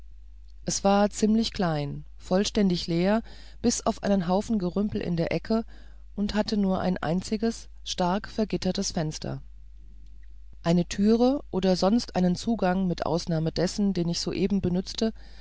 es war ziemlich klein vollständig leer bis auf einen haufen gerumpel in der ecke und hatte nur ein einziges stark vergittertes fenster eine türe oder sonst einen zugang mit ausnahme dessen den ich soeben benützt